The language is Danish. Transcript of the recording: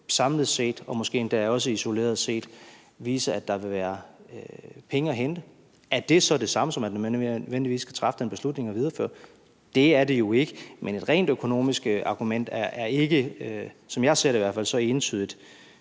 samlet set og måske endda også isoleret set vil vise, at der vil være penge at hente. Er det så det samme, som at man nødvendigvis skal træffe den beslutning at videreføre det? Det er det jo ikke. Men et rent økonomisk argument er ikke – i hvert fald ikke,